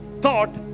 thought